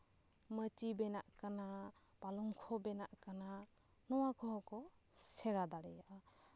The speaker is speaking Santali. ᱢᱟᱹᱪᱤ ᱵᱮᱱᱟᱜ ᱠᱟᱱᱟ ᱯᱟᱞᱚᱝᱠᱷᱚ ᱵᱮᱱᱟᱜ ᱠᱟᱱᱟ ᱱᱚᱣᱟ ᱠᱚᱦᱚᱸ ᱠᱚ ᱥᱮᱬᱟ ᱫᱟᱲᱮᱭᱟᱜᱼᱟ